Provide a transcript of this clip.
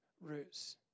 roots